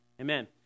amen